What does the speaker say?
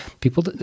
people